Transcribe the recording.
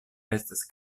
estas